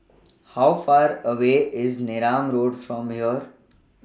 How Far away IS Neram Road from here